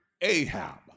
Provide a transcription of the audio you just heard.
Ahab